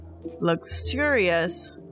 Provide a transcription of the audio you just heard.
luxurious